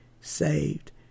saved